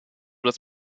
das